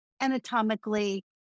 anatomically